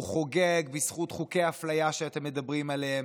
הוא חוגג בזכות חוקי האפליה שאתם מדברים עליהם.